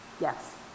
Yes